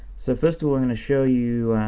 so first of all i'm gonna show you,